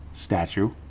statue